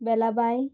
बेलाबाय